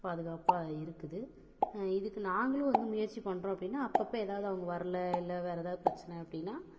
பாதுகாப்பாக இருக்குது இதுக்கு நாங்களும் வந்து முயற்சி பண்ணுறோம் அப்படின்னா அப்பப்போ ஏதாவது அவங்க வரல இல்லை வேறு ஏதாவது பிரச்சனை அப்படின்னா